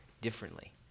differently